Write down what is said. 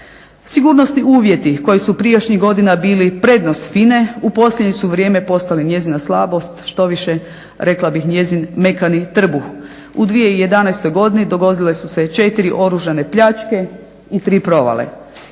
Sigurnosni uvjeti koji su prijašnjih godina bili prednost FINA-e u posljednje su vrijeme postali njezina slabost, štoviše rekla bih njezin mekani trbuh. U 2011. godini dogodile su se četiri oružane pljačke i tri provale.